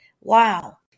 Wow